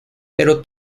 pero